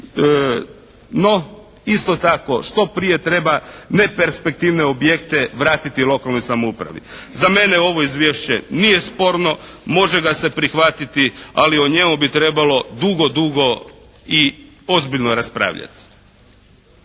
No, isto tako što prije treba neperspektivne objekte vratiti lokalnoj samoupravi. Za mene ovo izvješće nije sporno, može ga se prihvatiti ali o njemu bi trebalo dugo i ozbiljno raspravljati.